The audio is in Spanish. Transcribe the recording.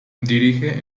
dirige